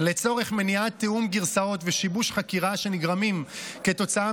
לצורך מניעת תיאום גרסאות ושיבוש חקירה שנגרמים כתוצאה